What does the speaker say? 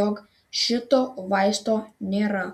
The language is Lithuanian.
jog šito vaisto nėra